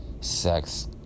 sex